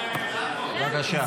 בבקשה.